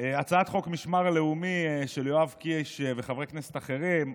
הצעת חוק המשמר הלאומי של יואב קיש וחברי כנסת אחרים,